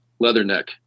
Leatherneck